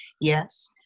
Yes